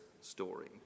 story